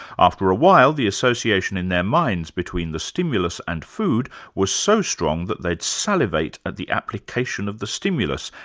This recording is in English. after a while, the association in their minds between the stimulus and food was so strong, that they'd salivate at the application of the stimulus,